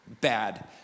bad